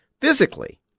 physically